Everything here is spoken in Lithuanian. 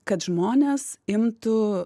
kad žmonės imtų